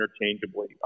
interchangeably